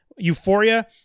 euphoria